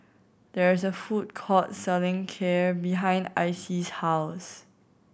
there is a food court selling Kheer behind Icy's house